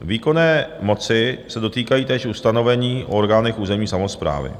Výkonné moci se dotýkají též ustanovení o orgánech územní samosprávy.